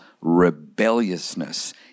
rebelliousness